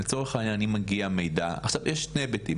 יש שני היבטים,